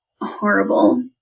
horrible